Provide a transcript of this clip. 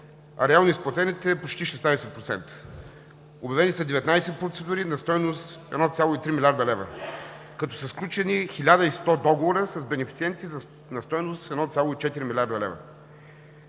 а реално изплатените почти – 16%. Обявени са 19 процедури на стойност 1,3 млрд лв., като са сключени 110 договора с бенефициенти на стойност 1,4 млрд. лв.